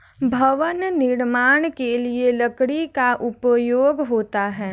भवन निर्माण के लिए लकड़ी का उपयोग होता है